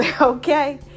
okay